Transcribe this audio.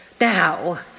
Now